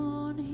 on